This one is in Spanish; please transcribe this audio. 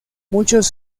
muchos